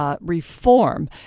reform